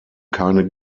keine